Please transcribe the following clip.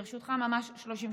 ברשותך, ממש 30 שניות.